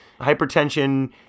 Hypertension